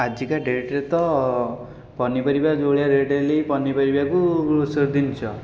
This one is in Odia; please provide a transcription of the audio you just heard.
ଆଜିକା ଡେଟ୍ରେ ତ ପନିପରିବା ଯେଉଁଭଳିଆ ରେଟ୍ ହେଲାଣି ପନିପରିବାକୁ ଗ୍ରୋସରୀ ଜିନିଷ